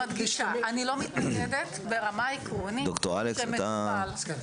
אני לא מתנגדת עקרונית- -- להשתמש